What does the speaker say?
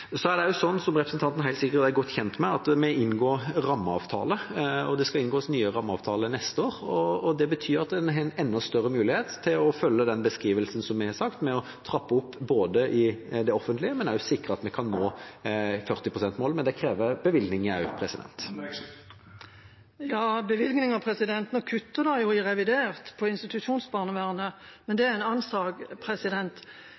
skal inngås nye rammeavtaler neste år. Det betyr at vi har en enda større mulighet til å følge opp beskrivelsen, som jeg har sagt, med både å trappe opp i det offentlige og å sikre at vi kan nå 40-prosentmålet. Men det krever bevilgninger. Nå kuttes det jo i revidert i institusjonsbarnevernet, men det